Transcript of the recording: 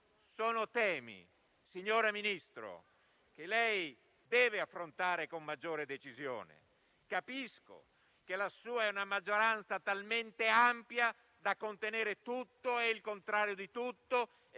Sono temi, signor Ministro, che lei deve affrontare con maggiore decisione. Capisco che la sua è una maggioranza talmente ampia da contenere tutto e il contrario di tutto